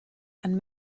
and